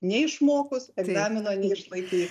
neišmokus egzamino neišlaikys